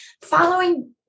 following